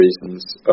reasons